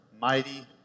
Mighty